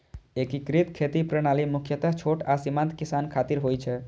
एकीकृत खेती प्रणाली मुख्यतः छोट आ सीमांत किसान खातिर होइ छै